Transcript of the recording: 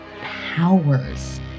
powers